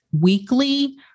Weekly